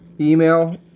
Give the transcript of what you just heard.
email